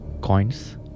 coins